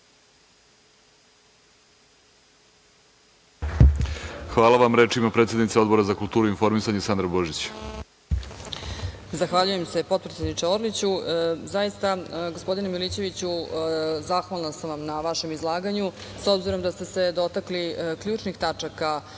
Hvala vam. Reč ima predsednica Odbora za kulturu i informisanje, Sandra Božić.